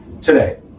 today